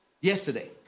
yesterday